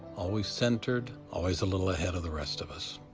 always centered, always a little ahead of the rest of us.